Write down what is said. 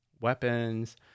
weapons